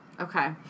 Okay